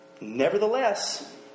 Nevertheless